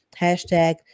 hashtag